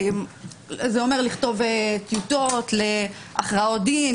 זה אומר לכתוב טיוטות להכרעות דין,